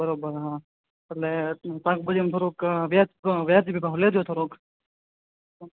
બરોબર હા એટલે શાકભાજીમાં થોડુંક વ્યાજ વ્યાજબી ભાવ લેજો થોડોક